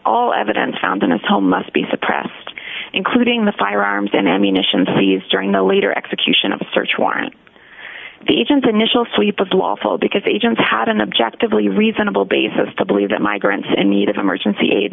all evidence found in his home must be suppressed including the firearms and ammunition seized during the later execution of the search warrant the agents initial sweep of lawful because agents had an objective leave reasonable basis to believe that migrants in need of emergency aid